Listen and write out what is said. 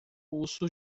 urso